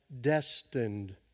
destined